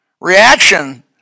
reaction